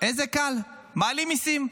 איזה קל, מעלים מיסים.